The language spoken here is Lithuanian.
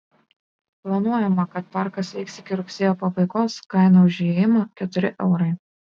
planuojama kad parkas veiks iki rugsėjo pabaigos kaina už įėjimą keturi eurai